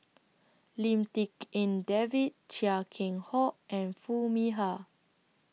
Lim Tik En David Chia Keng Hock and Foo Mee Har